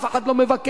אף אחד לא מבקר,